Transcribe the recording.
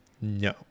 No